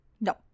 No